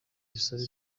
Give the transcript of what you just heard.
bisaba